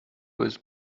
was